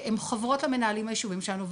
הם חוברות למנהלים היישוביים שלנו,